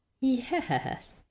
Yes